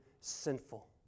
sinful